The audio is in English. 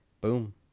Boom